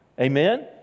Amen